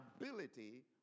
ability